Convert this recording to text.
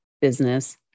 business